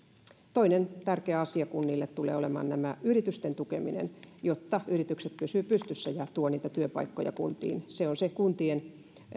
toinen tärkeä asia kunnille tulee olemaan yritysten tukeminen jotta yritykset pysyvät pystyssä ja tuovat niitä työpaikkoja kuntiin se on se kuntien